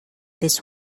this